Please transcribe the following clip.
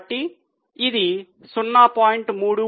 కాబట్టి ఇది 0